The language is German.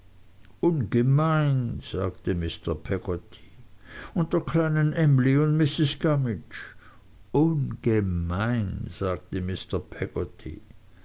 ungemein sagte mr peggotty und der kleinen emly und mrs gummidge ungemein sagte